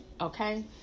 okay